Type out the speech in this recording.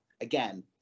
again